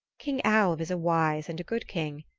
king alv is a wise and a good king,